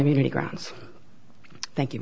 immunity grounds thank you